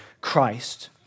Christ